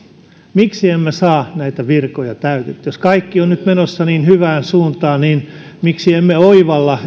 miksi emme saa näitä virkoja täytettyä jos kaikki on nyt menossa niin hyvään suuntaan niin miksi emme oivalla